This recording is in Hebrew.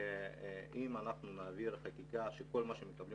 שאם אנחנו נעביר חקיקה שכל מה שמקבלים